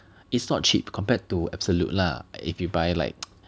it's not cheap compared to Absolute lah but if you buy like